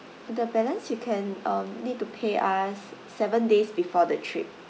the balance you can um need to pay us seven days before the trip